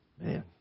Man